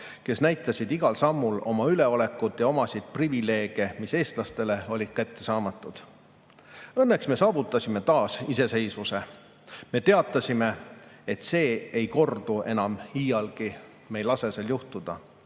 aga näitasid igal sammul oma üleolekut ja omasid privileege, mis olid eestlastele kättesaamatud. Õnneks me saavutasime taas iseseisvuse. Me teatasime, et see ei kordu enam iialgi, me ei lase sellel juhtuda.